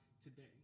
today